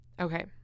Okay